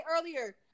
earlier